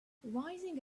rising